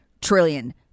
trillion